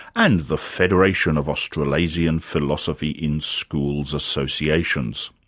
and the federation of australasian philosophy in schools associations.